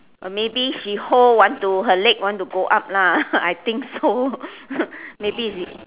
or maybe she hold want to her leg want to go up lah I think so maybe she